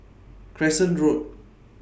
Crescent Road